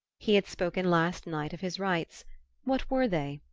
he had spoken last night of his rights what were they?